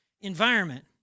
environment